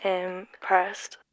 impressed